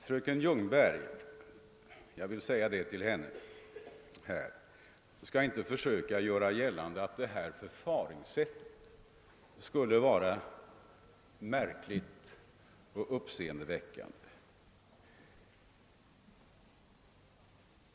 Fröken Ljungberg skall inte försöka göra gällande att förfaringssättet här är märkligt och uppseendeväckande.